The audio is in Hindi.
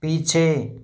पीछे